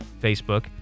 Facebook